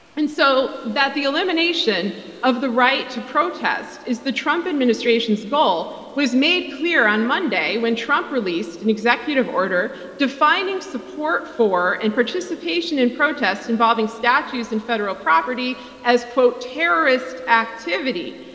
and so that the elimination of the right to protest is the trump administration's goal was made clear on monday when trump released an executive order defining support for and participation in protest involving statues and federal property as terrorist activity.